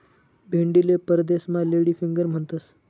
भेंडीले परदेसमा lady finger म्हणतंस